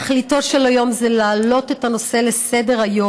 תכליתו של היום הזה להעלות את הנושא לסדר-היום,